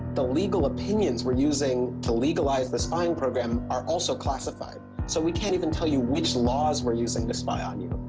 the legal opinions we are using to legalize the spying programme are also classified so we can't even tell you which laws we are using to spy on you.